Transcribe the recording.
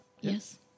yes